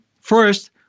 First